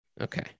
Okay